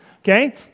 Okay